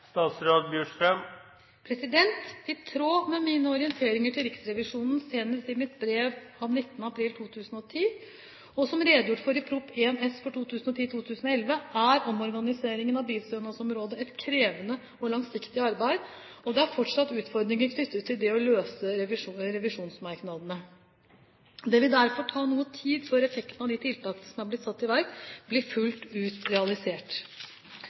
I tråd med mine orienteringer til Riksrevisjonen, senest i mitt brev av 19. april 2010, og som redegjort for i Prop.1 S for 2010–2011, er omorganiseringen av bilstønadsområdet et krevende og langsiktig arbeid. Det er fortsatt utfordringer knyttet til det å løse revisjonsmerknadene. Det vil derfor ta noe tid før effekten av de tiltakene som er satt i verk, blir fullt ut realisert.